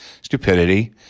stupidity